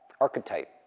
archetype